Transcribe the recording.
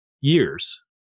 years